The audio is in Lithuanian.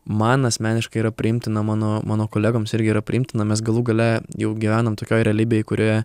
man asmeniškai yra priimtina mano mano kolegoms irgi yra priimtina mes galų gale jau gyvenam tokioj realybėj kurioje